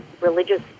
religious